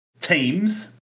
teams